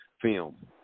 film